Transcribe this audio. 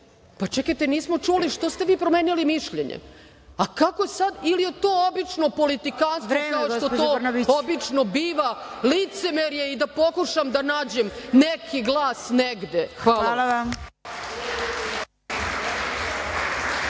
Čekajte, nismo čuli zašto ste vi promenili mišljenje? Ili je to obično politikanstvo, kao što to obično biva, licemerje i da pokušam da nađem neki glas negde. **Snežana